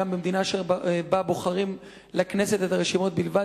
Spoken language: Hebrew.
במדינה שבה בוחרים לכנסת את הרשימות בלבד,